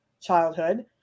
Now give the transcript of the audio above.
childhood